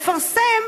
לפרסם